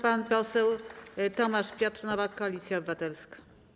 Pan poseł Tomasz Piotr Nowak, Koalicja Obywatelska.